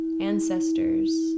ancestors